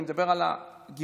אני מדבר על הגמלאים,